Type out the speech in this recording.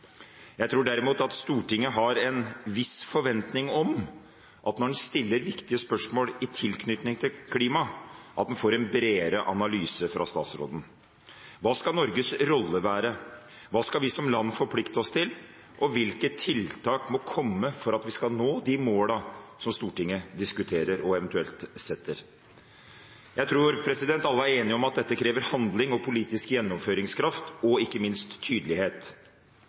Jeg tror derimot at Stortinget har en viss forventning om når en stiller viktige spørsmål i tilknytning til klima, at en får bredere analyse fra statsråden: Hva skal Norges rolle være? Hva skal vi som land forplikte oss til? Og hvilke tiltak må komme for at vi skal nå de målene som Stortinget diskuterer og eventuelt setter? Jeg tror alle er enige om at dette krever handling og politisk gjennomføringskraft og – ikke minst – tydelighet.